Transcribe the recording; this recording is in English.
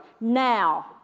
now